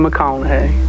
McConaughey